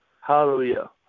Hallelujah